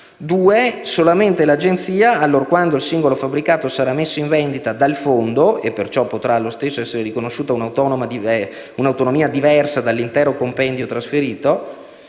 luogo, solamente l'Agenzia, allorquando il singolo fabbricato sarà messo in vendita dal fondo (e perciò potrà allo stesso essere riconosciuta un'autonomia diversa dall'intero compendio trasferito),